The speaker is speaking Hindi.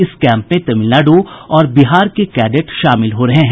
इस कैंप में तमिलनाडु और बिहार के कैडेट शामिल हो रहे हैं